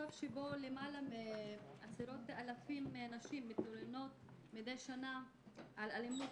במצב שבו למעלה מעשרות אלפי נשים מתלוננות מדיי שנה על אלימות